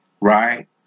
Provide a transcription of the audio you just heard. right